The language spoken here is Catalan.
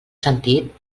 sentit